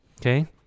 okay